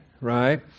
right